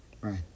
Right